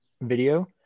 video